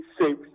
safe